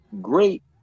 great